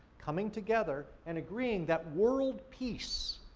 coming together and agreeing that world peace,